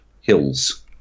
hills